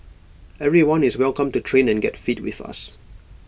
everyone is welcome to train and get fit with us